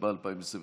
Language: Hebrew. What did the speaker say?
התשפ"א 2021,